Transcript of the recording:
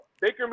Baker